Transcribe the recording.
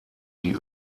die